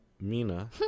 Mina